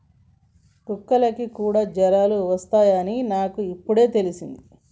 కుక్కలకి కూడా జ్వరాలు వస్తాయ్ అని నాకు ఇప్పుడే తెల్సింది